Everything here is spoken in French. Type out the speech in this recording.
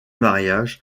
mariage